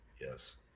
Yes